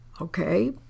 okay